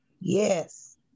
Yes